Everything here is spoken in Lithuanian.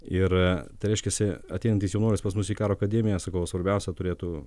ir tai reiškiasi ateinantis jaunuolis pas mus į karo akademiją sakau svarbiausia turėtų